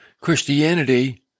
Christianity